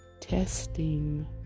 testing